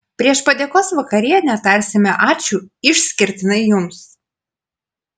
prieš padėkos vakarienę tarsime ačiū išskirtinai jums